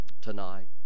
tonight